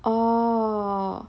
orh